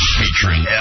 featuring